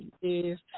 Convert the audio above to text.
Yes